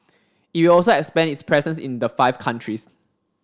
it will also expand its presence in the five countries